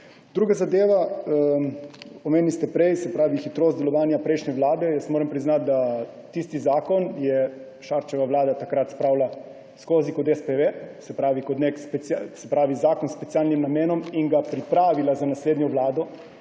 Druga zadeva. Prej ste omenili hitrost delovanja prejšnje vlade. Moram priznati, da je tisti zakon Šarčeva vlada takrat spravila skozi kot SPV, se pravi kot zakon s specialnim namenom, in ga pripravila za naslednjo vlado,